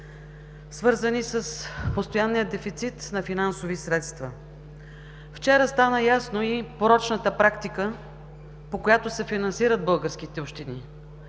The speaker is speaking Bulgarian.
свързани с постоянния дефицит на финансови средства. Вчера стана ясна и порочната практика, по която се финансират българските общини,